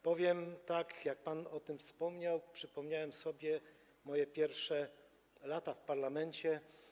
Powiem tak: jak pan o tym wspomniał, przypomniałem sobie moje pierwsze lata w parlamencie.